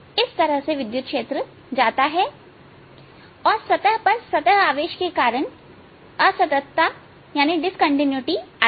इस तरह से विद्युत क्षेत्र जाता है और सतह पर सतह आवेश के कारण असततता आती है